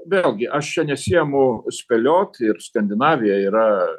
vėlgi aš čia nesiimu spėlioti ir skandinavija yra